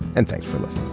and thanks for this